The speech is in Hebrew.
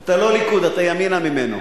אתה לא ליכוד, אתה ימינה ממנו.